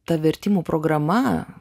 ta vertimų programa